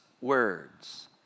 words